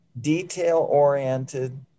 detail-oriented